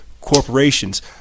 corporations